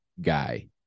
guy